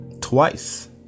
twice